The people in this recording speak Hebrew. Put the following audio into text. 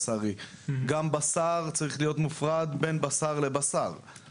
המצב הזה מביא אותנו למצב שאם נחייב את הלקוח בשקיות,